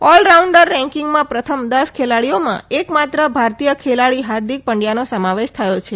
allrounder રેકીગમા પ્રથમ દશ ખેલાડીઓમાં એકમાત્ર ભારતીય ખેલાડી હાર્દિક પંડથાનો સમાવેશ થયો છે